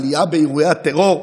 עלייה באירועי הטרור?